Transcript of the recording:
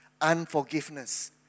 Unforgiveness